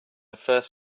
first